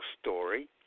story